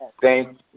Thank